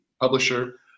publisher